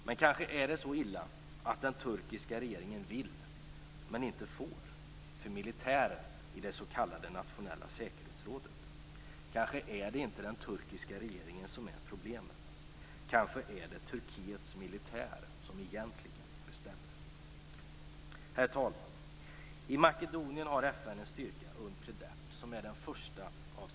Men kanske är det så illa att den turkiska regeringen vill men inte får för militären i det s.k. nationella säkerhetsrådet? Kanske är det inte den turkiska regeringen som är problemet? Kanske är det Turkiets militär som egentligen bestämmer? Herr talman! I Makedonien har FN en styrka, Unpredep, som är den första i sitt slag.